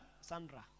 Sandra